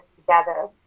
together